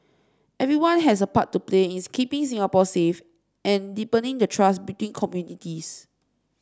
everyone has a part to play is keeping Singapore safe and deepening the trust between communities